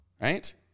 right